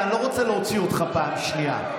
ואני לא רוצה להוציא אותך פעם שנייה.